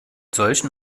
solchen